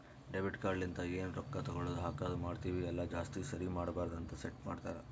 debit card ಲಿಂತ ಎನ್ ರೊಕ್ಕಾ ತಗೊಳದು ಹಾಕದ್ ಮಾಡ್ತಿವಿ ಅಲ್ಲ ಜಾಸ್ತಿ ಸರಿ ಮಾಡಬಾರದ ಅಂತ್ ಸೆಟ್ ಮಾಡ್ತಾರಾ